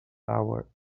our